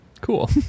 Cool